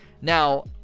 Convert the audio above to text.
Now